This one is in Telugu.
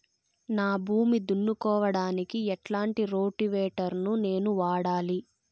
నా భూమి దున్నుకోవడానికి ఎట్లాంటి రోటివేటర్ ని నేను వాడాలి?